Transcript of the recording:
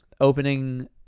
opening